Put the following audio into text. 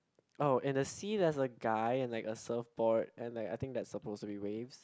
oh and the sea there's a guy and like a surfboard and like I think that's supposed to be waves